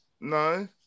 No